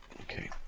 okay